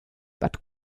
but